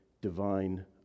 divine